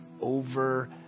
over